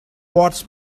what